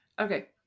Okay